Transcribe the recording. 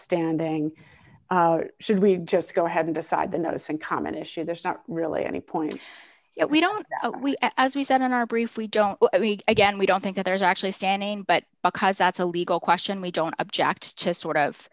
standing should we just go ahead and decide the notice and common issue there's not really any point if we don't we as we said in our brief we don't again we don't think that there is actually standing but because that's a legal question we don't object to sort